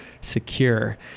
SECURE